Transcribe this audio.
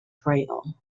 trail